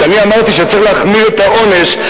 שאני אמרתי שצריך להחמיר את העונש,